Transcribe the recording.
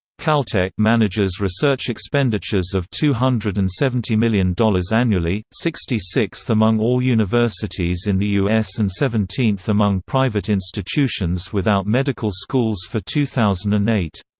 caltech manages research expenditures of two hundred and seventy million dollars annually, sixty sixth among all universities in the u s. and seventeenth among private institutions without medical schools for two thousand and eight.